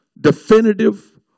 definitive